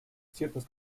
ciertas